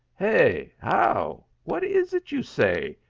hey? how! what is it you say?